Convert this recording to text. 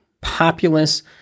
populous